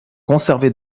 conservés